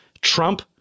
trump